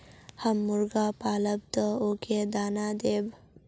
हम मुर्गा पालव तो उ के दाना देव?